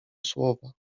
słowa